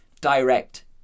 direct